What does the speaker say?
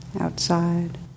outside